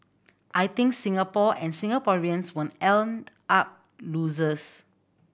I think Singapore and Singaporeans when end up losers